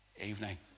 evening